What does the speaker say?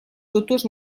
hutus